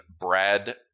Brad